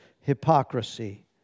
hypocrisy